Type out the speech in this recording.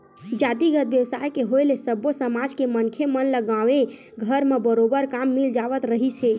जातिगत बेवसाय के होय ले सब्बो समाज के मनखे मन ल गाँवे घर म बरोबर काम मिल जावत रिहिस हे